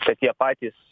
kad jie patys